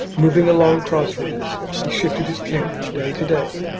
moving along cross roads, he shifted his camp from day to day,